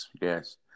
yes